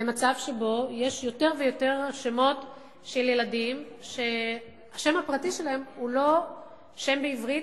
למצב שבו יש יותר ויותר ילדים שהשם הפרטי שלהם הוא לא שם בעברית,